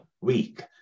week